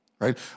Right